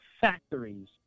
factories